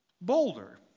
bolder